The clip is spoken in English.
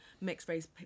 mixed-race